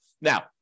Now